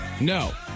No